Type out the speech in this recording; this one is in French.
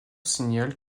signale